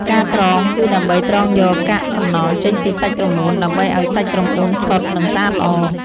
ការត្រង គឺដើម្បីត្រង់យកកាកសំណល់ចេញពីសាច់ក្រមួន ដើម្បីឲ្យសាច់ក្រមួនសុទ្ធនឹងស្អាតល្អ។